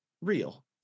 real